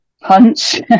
punch